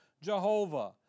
Jehovah